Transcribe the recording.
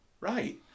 right